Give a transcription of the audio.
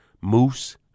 Moose